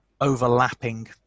overlapping